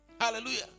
Hallelujah